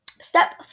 Step